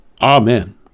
Amen